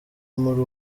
muri